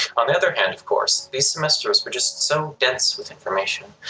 on the other hand of course, these semesters were just so dense with information.